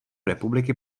republiky